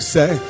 Say